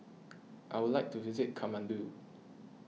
I would like to visit Kathmandu